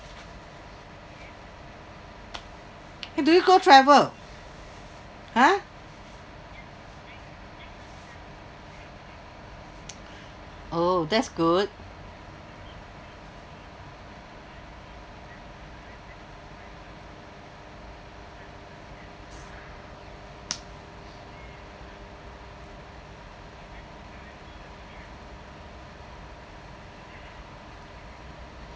eh do you go travel !huh! oh that's good